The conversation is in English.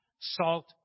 salt